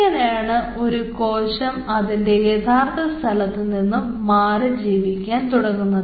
ഇങ്ങനെയാണ് ഒരു കോശം അതിൻറെ യഥാർത്ഥ സ്ഥലത്തു നിന്നും മാറി ജീവിക്കാൻ തുടങ്ങുന്നത്